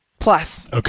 Plus